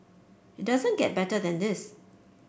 it doesn't get better than this